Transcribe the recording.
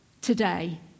today